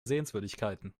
sehenswürdigkeiten